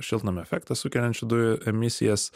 šiltnamio efektą sukeliančių dujų emisijas